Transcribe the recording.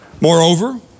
Moreover